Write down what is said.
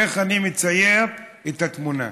איך אני מצייר את התמונה.